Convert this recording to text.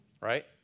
right